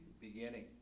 beginning